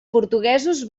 portuguesos